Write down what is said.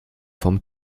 vom